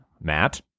Matt